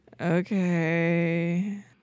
okay